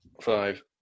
five